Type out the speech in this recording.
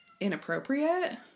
inappropriate